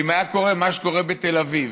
אם היה קורה מה שקורה בתל אביב,